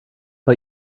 but